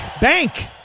Bank